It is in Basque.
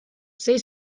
sei